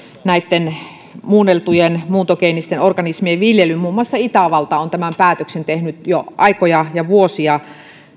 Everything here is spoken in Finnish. näitten muuntogeenisten organismien viljelyn muun muassa itävalta on tämän päätöksen tehnyt jo aikoja ja vuosia